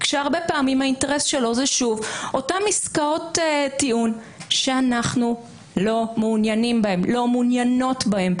הרבה פעמים האינטרס שלו הן אותן עסקאות טיעון שאנחנו לא מעוניינות בהן.